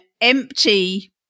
empty